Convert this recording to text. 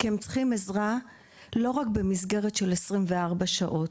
כי הם צריכים עזרה לא רק במסגרת של 24 שעות,